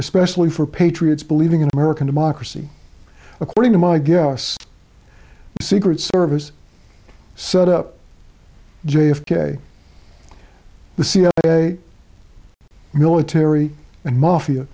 especially for patriots believing in american democracy according to my guess secret service set up j f k the c i a military and mafia